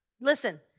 Listen